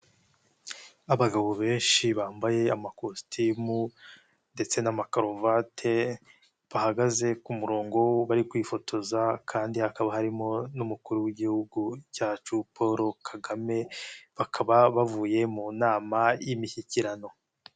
Abagabo benshi bambaye amakositimu ndetse n'amakaruvate bahagaze ku murongo bari kwifotoza kandi hakaba harimo n'umukuru w'Igihugu cyacu Paul Kagame bakaba bavuye mu nama y'imishyikirano.